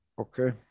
Okay